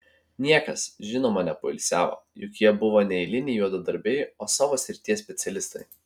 niekas žinoma nepoilsiavo juk jie buvo ne eiliniai juodadarbiai o savo srities specialistai